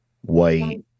white